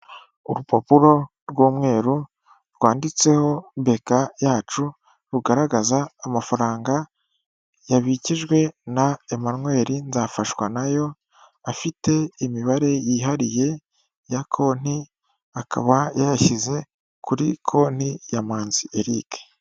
Urupapuro rw'umweru rwanditseho BK yacu, rugaragaza amafaranga yabikijwe na Emmanuel Nzafashwanayo, afite imibare yihariye ya konti, akaba yayashyize kuri konti ya Manzi Eric.